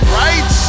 right